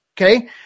Okay